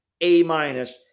A-minus